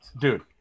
Dude